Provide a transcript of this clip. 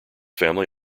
family